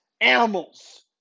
animals